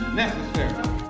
necessary